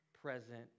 present